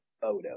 photo